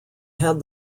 had